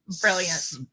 Brilliant